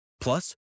Plus